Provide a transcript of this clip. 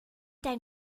dein